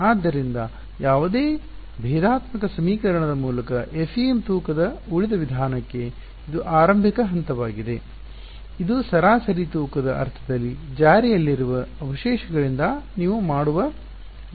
ಆದ್ದರಿಂದ ಯಾವುದೇ ಭೇದಾತ್ಮಕ ಸಮೀಕರಣದ ಮೂಲಕ FEM ತೂಕದ ಉಳಿದ ವಿಧಾನಕ್ಕೆ ಇದು ಆರಂಭಿಕ ಹಂತವಾಗಿದೆ ಇದು ಸರಾಸರಿ ತೂಕದ ಅರ್ಥದಲ್ಲಿ ಜಾರಿಯಲ್ಲಿರುವ ಅವಶೇಷಗಳಿಂದ ನೀವು ಮಾಡುವ ವಿಧಾನವಾಗಿದೆ